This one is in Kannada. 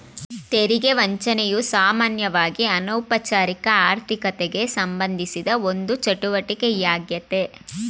ತೆರಿಗೆ ವಂಚನೆಯು ಸಾಮಾನ್ಯವಾಗಿಅನೌಪಚಾರಿಕ ಆರ್ಥಿಕತೆಗೆಸಂಬಂಧಿಸಿದ ಒಂದು ಚಟುವಟಿಕೆ ಯಾಗ್ಯತೆ